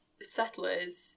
settlers